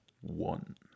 one